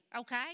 okay